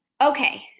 Okay